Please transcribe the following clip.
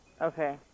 okay